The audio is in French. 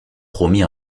promis